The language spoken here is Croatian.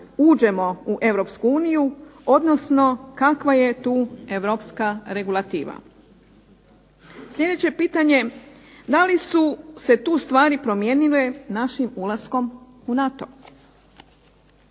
uđemo u Europsku uniju, odnosno kakva je tu europska regulativa. Sljedeće pitanje, da li su se tu stvari promijenile našim ulaskom u NATO?